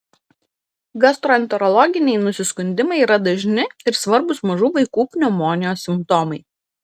gastroenterologiniai nusiskundimai yra dažni ir svarbūs mažų vaikų pneumonijos simptomai